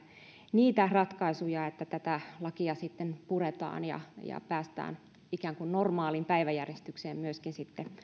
niitä ratkaisuja että tätä lakia sitten puretaan ja ja päästään ikään kuin normaaliin päiväjärjestykseen myöskin